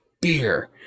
beer